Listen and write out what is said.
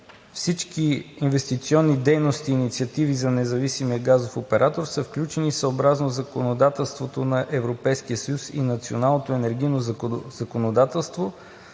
Всички инвестиционни дейности, инициативи за независимия газов оператор са включени съобразно законодателството на Европейския съюз и националното енергийно законодателство